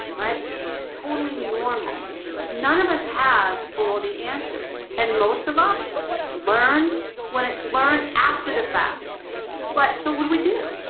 right totally normal none of us have all the answers and most of us learn when it learned after the fact but so what we do,